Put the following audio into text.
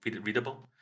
readable